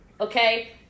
Okay